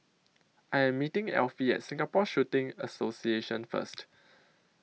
I Am meeting Elfie At Singapore Shooting Association First